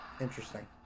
Interesting